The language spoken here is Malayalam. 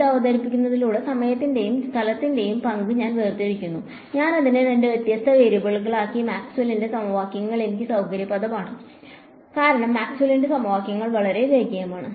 ഇത് അവതരിപ്പിക്കുന്നതിലൂടെ സമയത്തിന്റെയും സ്ഥലത്തിന്റെയും പങ്ക് ഞാൻ വേർതിരിക്കുന്നു ഞാൻ അതിനെ രണ്ട് വ്യത്യസ്ത വേരിയബിളുകളാക്കി മാക്സ്വെല്ലിന്റെ സമവാക്യങ്ങൾMaxwells Equation എനിക്ക് സൌകര്യപ്രദമാണ് കാരണം മാക്സ്വെല്ലിന്റെ സമവാക്യങ്ങൾ വളരെ രേഖീയമാണ്